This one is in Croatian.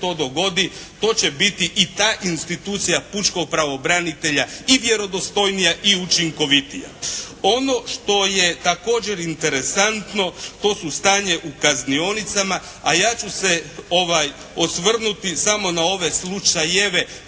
to će biti i ta institucija pučkog pravobranitelja i vjerodostojnija i učinkovitija. Ono što je također interesantno to su stanje u kaznionicama, a ja ću se osvrnuti samo na ove slučajeve